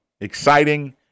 exciting